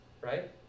Right